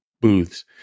booths